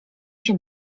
się